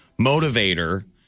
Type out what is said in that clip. motivator